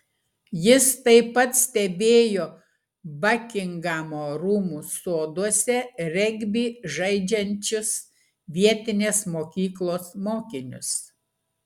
jis taip pat stebėjo bakingamo rūmų soduose regbį žaidžiančius vietinės mokyklos mokinius